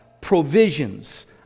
provisions